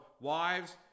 wives